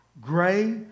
gray